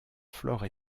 flore